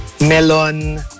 Melon